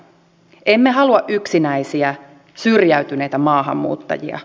emme halua yksinäisiä syrjäytyneitä maahanmuuttajia